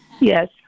Yes